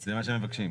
זה מה שהם מבקשים.